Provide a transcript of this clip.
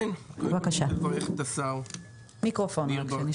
כן, אני רוצה לברך את השר ניר ברקת.